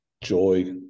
joy